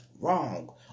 Wrong